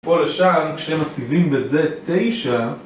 פה לשם כשהם מציבים בזה תשע